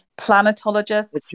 planetologist